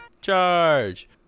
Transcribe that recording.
Charge